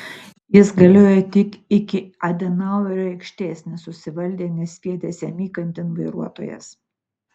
jis galioja tik iki adenauerio aikštės nesusivaldė nesviedęs jam įkandin vairuotojas